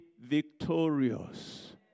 victorious